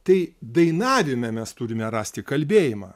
tai dainavime mes turime rasti kalbėjimą